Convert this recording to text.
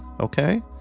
okay